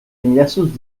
enllaços